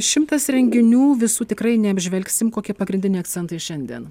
šimtas renginių visų tikrai neapžvelgsim kokie pagrindiniai akcentai šiandien